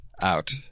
out